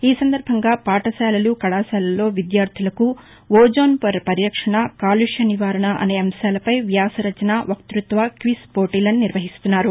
ఈ సందర్భంగా పాఠశాలలు కళాశాలల్లో విద్యార్దులకు ఓజోన్పార పరిరక్షణ కాలుష్య నివారణ అనే అంశాలపై వ్యాస రచన వక్తృత్వ క్విజ్ పోటీలను నిర్వహిస్తున్నారు